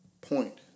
point